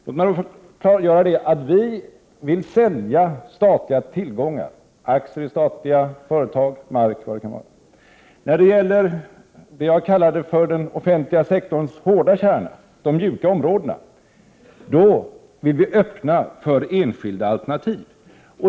Låt mig klargöra att vi vill sälja statliga tillgångar, aktier i statliga företag, mark osv. Vad gäller det som jag kallar den offentliga sektorns hårda kärna, de mjuka områdena, kan jag nämna att vi vill öppna för enskilda alternativ.